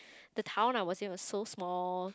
the town I was in was so small